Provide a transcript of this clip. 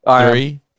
Three